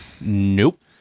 Nope